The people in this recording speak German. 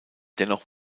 dennoch